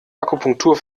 akupunktur